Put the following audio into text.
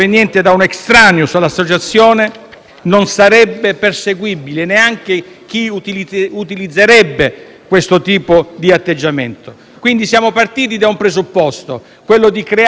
non sarebbe perseguibile, neanche per chi utilizzasse questo tipo di atteggiamento. Quindi siamo partiti da un presupposto: quello di creare una normativa rigida,